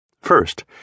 First